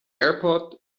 airport